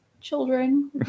children